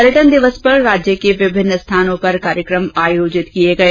पर्यटन दिवस पर राज्य के विभिन्न स्थानों पर कार्यक्रम आयोजित किए गए